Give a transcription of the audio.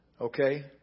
Okay